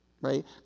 Right